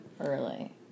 Early